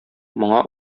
моңа